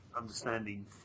understanding